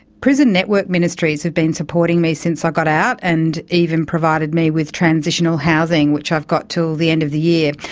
prison network ministries have been supporting me since i got out, and even provided me with transitional housing, which i've got until the end of the year.